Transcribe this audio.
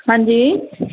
ਹਾਂਜੀ